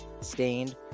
stained